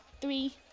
three